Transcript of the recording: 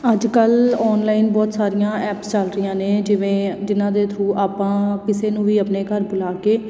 ਅੱਜ ਕੱਲ੍ਹ ਔਨਲਾਈਨ ਬਹੁਤ ਸਾਰੀਆਂ ਐਪਸ ਚੱਲ ਰਹੀਆਂ ਨੇ ਜਿਵੇਂ ਜਿਨ੍ਹਾਂ ਦੇ ਥਰੂ ਆਪਾਂ ਕਿਸੇ ਨੂੰ ਵੀ ਆਪਣੇ ਘਰ ਬੁਲਾ ਕੇ